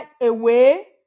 away